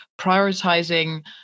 prioritizing